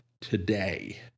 today